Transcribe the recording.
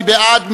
מי בעד?